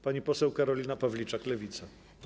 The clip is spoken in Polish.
Pani poseł Karolina Pawliczak, Lewica.